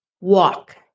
Walk